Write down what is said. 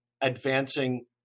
advancing